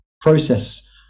process